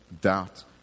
doubt